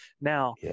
Now